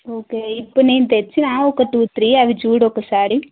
okay ఇప్పుడు నేను తెచ్చిన ఒక టూ త్రీ అవి చూడు ఒకసారి